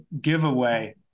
giveaway